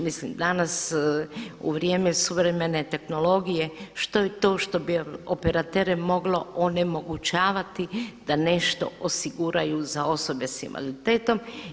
Mislim danas u vrijeme suvremene tehnologije što je to što bi operatere moglo onemogućavati da nešto osiguraju za osobe sa invaliditetom.